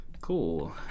Cool